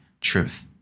truth